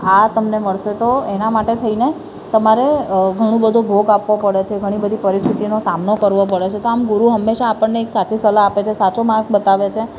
આ તમને મળશે તો એના માટે થઇને તમારે ઘણું બધું ભોગ આપવો પડે છે ઘણી બધી પરિસ્થિતિનો સામનો કરવો પડે છે તો આમ ગુરુ હંમેશા આપણને એક સાચી સલાહ આપે છે સાચો માર્ગ બતાવે છે